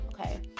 okay